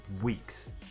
weeks